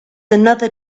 another